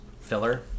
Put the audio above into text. filler